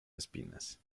espinas